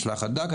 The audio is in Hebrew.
משלחת..,